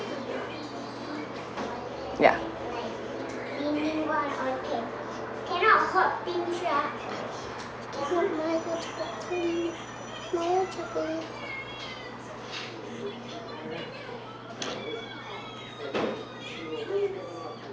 ya